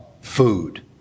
Food